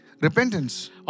Repentance